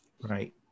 Right